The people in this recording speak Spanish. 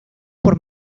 por